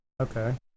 okay